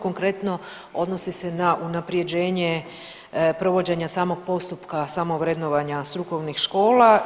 Konkretno odnosi se na unapređenje provođenja samog postupka samovrednovanja strukovnih škola.